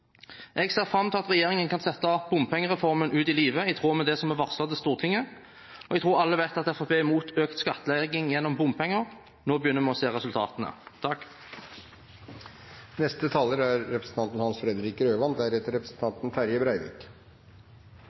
Jeg ser fram til at regjeringen kan sette bompengereformen ut i livet i tråd med det som er varslet til Stortinget. Jeg tror alle vet at Fremskrittspartiet er mot økt skattlegging gjennom bompenger. Nå begynner vi å se resultatene. Også fra Kristelig Folkepartis side er